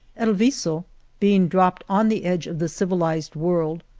el viso being dropped on the edge of the civilized world,